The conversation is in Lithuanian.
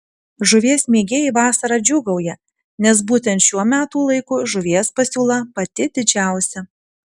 žuvies mėgėjai vasarą džiūgauja nes būtent šiuo metų laiku žuvies pasiūla pati didžiausia